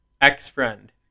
ex-friend